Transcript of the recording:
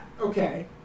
Okay